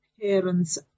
parents